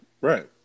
right